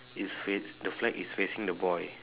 is face the flag is facing the boy